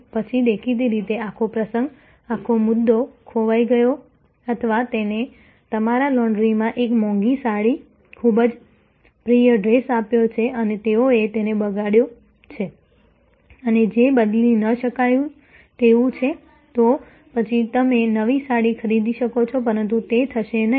પછી દેખીતી રીતે આખો પ્રસંગ આખો મુદ્દો ખોવાઈ ગયો અથવા તમે તમારા લોન્ડ્રીમાં એક મોંઘી સાડી ખૂબ જ પ્રિય ડ્રેસ આપ્યો છે અને તેઓએ તેને બગાડ્યો છે અને જે બદલી ન શકાય તેવું છે તો પછી તમે નવી સાડી ખરીદી શકો છો પરંતુ તે થશે નહીં